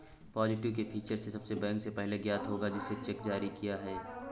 positive pay feature से bank को पहले ज्ञात होगा किसने चेक जारी किया है